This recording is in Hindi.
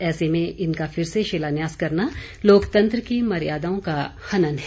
ऐसे में इनका फिर से शिलान्यास करना लोकतंत्र की मर्यादाओं का हनन है